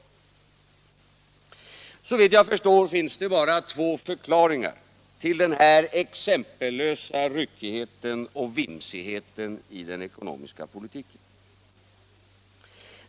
Såvitt jag förstår finns det bara två förklaringar på denna exempellösa ryckighet och vimsighet i den ekonomiska politiken.